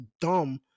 dumb